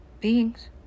...beings